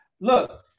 Look